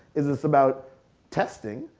is it's about testing,